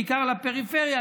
בעיקר לפריפריה,